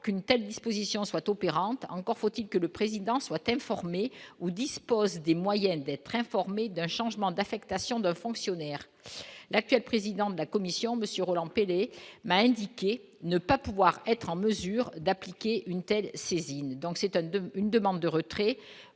qu'une telle disposition soit opérante, encore faut-il que le président soit informé ou dispose des moyennes d'être informé d'un changement d'affectation de fonctionnaires, l'actuel président de la Commission, monsieur Roland m'a indiqué ne pas pouvoir être en mesure d'appliquer une telle saisine donc s'étonne d'une demande de retrait